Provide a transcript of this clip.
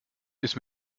ist